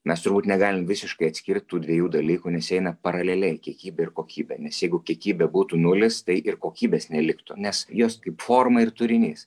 mes turbūt negalim visiškai atskirt tų dviejų dalykų nes jie eina paraleliai kiekybė ir kokybė nes jeigu kiekybė būtų nulis tai ir kokybės neliktų nes jos kaip forma ir turinys